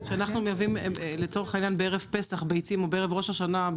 כשאנחנו מייבאים לצורך העניין בערב פסח ביצים או בערב ראש השנה,